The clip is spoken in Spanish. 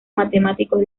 matemáticos